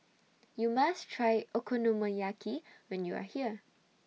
YOU must Try Okonomiyaki when YOU Are here